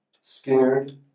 Scared